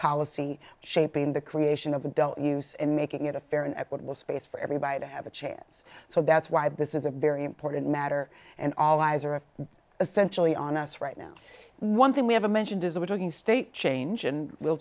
policy shaping the creation of adult use and making it a fair and equitable space for everybody to have a chance so that's why this is a very important matter and all eyes are essentially on us right now one thing we haven't mentioned is we're talking state change and we'll